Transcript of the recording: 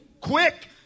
quick